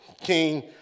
King